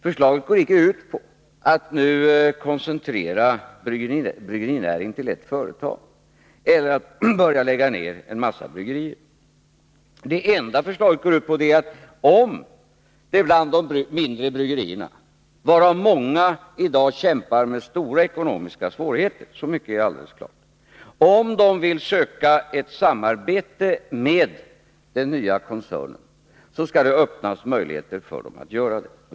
Förslaget går inte ut på att nu koncentrera bryggerinäringen till ett företag eller att börja lägga ned en mängd bryggerier. Det enda som förslaget går ut på är att om det bland de mindre bryggerierna, varav många i dag — det är alldeles klart — kämpar med stora ekonomiska svårigheter, finns företag som vill söka ett samarbete med den nya koncernen, så skall det öppnas möjligheter för dem att göra det.